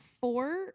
four